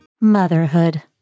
Motherhood